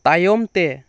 ᱛᱟᱭᱚᱢ ᱛᱮ